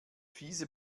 fiese